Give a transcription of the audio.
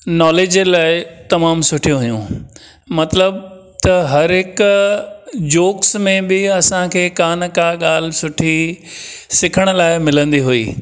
knowledge जे लाइ तमामु सुठियूं हुयूं मतिलबु त हर हिकु जोक्स में बि असांखे का न का ॻाल्हि सुठी सिखण लाइ मिलंदी हुई